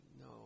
no